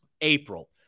April